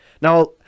Now